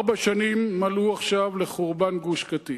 ארבע שנים מלאו עכשיו לחורבן גוש-קטיף,